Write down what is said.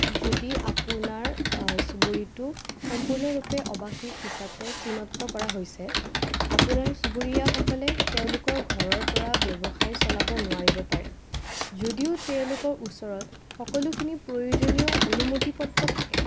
যদি আপোনাৰ চুবুৰীটো সম্পূৰ্ণৰূপে অৱাসিক হিচাপে চিনাক্ত কৰা হৈছে আপোনাৰ চুবুৰীয়াসকলে তেওঁলোকৰ ঘৰৰ পৰা ব্যৱসায় চলাব নোৱাৰিব পাৰে যদিও তেওঁলোকৰ ওচৰত সকলোখিনি প্ৰয়োজনীয় অনুমতিপত্ৰ থাকে